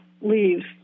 leaves